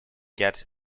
get